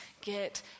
get